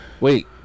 Wait